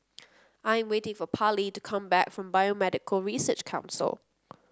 I am waiting for Parlee to come back from Biomedical Research Council